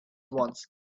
once